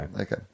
Okay